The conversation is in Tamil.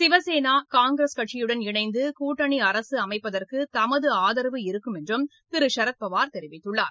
சிவசேனா காங்கிரஸ் கட்சியுடன் இணைந்து கூட்டணி அரசு அமைப்பதற்கு தமது ஆதரவு இருக்கும் என்றும் திரு சரத்பவார் தெரிவித்துள்ளார்